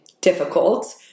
difficult